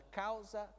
causa